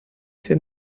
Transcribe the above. für